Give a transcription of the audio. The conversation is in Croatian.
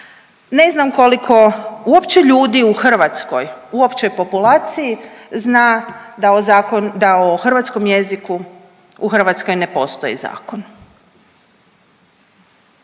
Ne znam koliko uopće ljudi u Hrvatskoj, u općoj populaciji zna da o zakon, da o hrvatskom jeziku u Hrvatskoj ne postoji zakon?